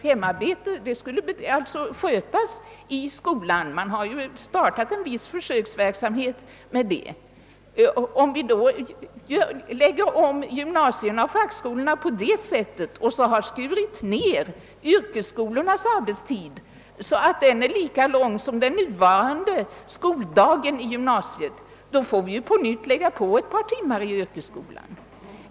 Läxarbetet skulle alltså skötas i skolan — man har ju startat en viss sådan försöksverksamhet. Om vi då lägger om tiderna för gymnasier och fackskolor på det sättet och har skurit ned yrkesskolornas arbetstid så att den är lika lång som den nuvarande skoldagen i gymnasiet, får vi på nytt lägga till ett par timmar i yrkes skolan.